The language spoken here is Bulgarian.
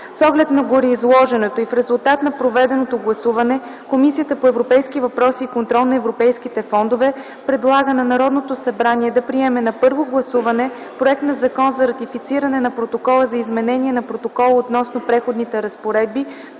С оглед на гореизложеното и в резултат на проведеното гласуване Комисията по европейските въпроси и контрол на европейските фондове предлага (с 13 гласа „за”) на Народното събрание да приеме на първо гласуване проект на Закон за ратифициране на Протокола за изменение на Протокола относно преходните разпоредби,